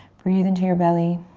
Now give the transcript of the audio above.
breathe into your belly.